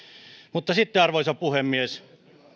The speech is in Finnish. mutta sitten arvoisa puhemies